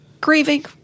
grieving